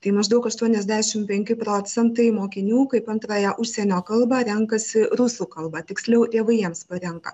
tai maždaug aštuoniasdešim penki procentai mokinių kaip antrąją užsienio kalbą renkasi rusų kalbą tiksliau tėvai jiems parenka